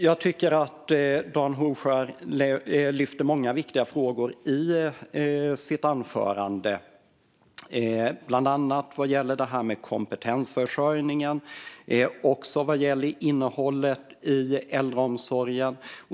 Jag tycker att Dan Hovskär tog upp många viktiga frågor i sitt anförande, bland annat vad gäller kompetensförsörjningen och innehållet i äldreomsorgen.